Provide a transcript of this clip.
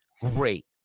Great